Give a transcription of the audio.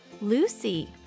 Lucy